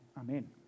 amen